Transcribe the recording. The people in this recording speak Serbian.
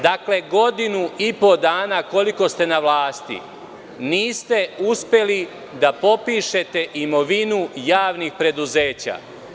Dakle, godinu i po dana, koliko ste na vlasti, niste uspeli da popišete imovinu javnih preduzeća.